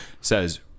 says